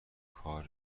کار